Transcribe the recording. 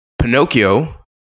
Pinocchio